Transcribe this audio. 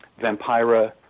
Vampira